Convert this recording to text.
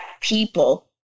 people